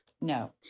No